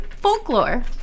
folklore